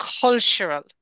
cultural